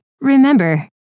remember